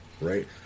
right